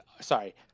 Sorry